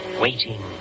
waiting